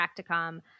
practicum